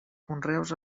conreus